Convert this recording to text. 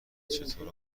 چطور